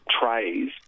trays